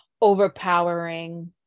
overpowering